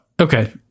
okay